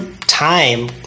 time